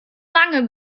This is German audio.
lange